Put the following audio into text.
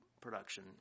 production